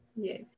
yes